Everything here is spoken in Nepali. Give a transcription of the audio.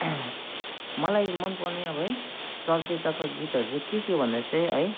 मलाई मनपर्ने अब है चलचित्रको गीतहरू चाहिँ के के भन्दा चाहिँ है